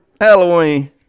Halloween